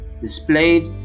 displayed